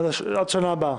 עד השנה הבאה.